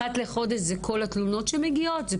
אחת לחודש זה כל התלונות שמגיעות?